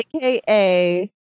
aka